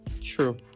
True